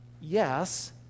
yes